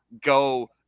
go